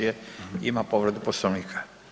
je, ima povredu Poslovnika.